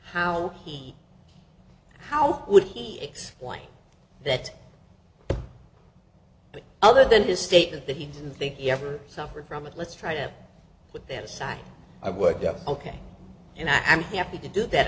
how he how would he explain that but other than his statement that he didn't think he ever suffered from it let's try to put that aside i worked out ok and i'm happy to do that